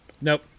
Nope